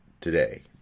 today